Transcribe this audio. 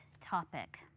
topic